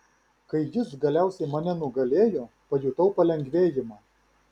kai jis galiausiai mane nugalėjo pajutau palengvėjimą